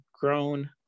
grown